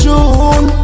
June